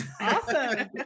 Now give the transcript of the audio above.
awesome